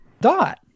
dot